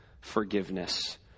forgiveness